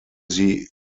sie